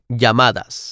llamadas